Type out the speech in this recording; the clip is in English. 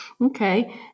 Okay